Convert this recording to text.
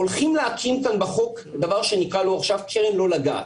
הולכים להקים כאן בחוק דבר שנקרא לו עכשיו "קרן לא לגעת".